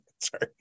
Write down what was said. Sorry